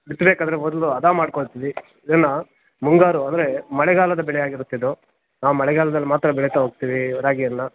ಬಿತ್ಬೇಕಾದರೆ ಮೊದಲು ಹದ ಮಾಡ್ಕೊಳ್ತೀವಿ ಇದನ್ನು ಮುಂಗಾರು ಅಂದರೆ ಮಳೆಗಾಲದ ಬೆಳೆ ಆಗಿರುತ್ತಿದ್ದು ಆ ಮಳೆಗಾಲದಲ್ಲಿ ಮಾತ್ರ ಬೆಳೀತಾ ಹೋಗ್ತೀವಿ ರಾಗಿಯನ್ನು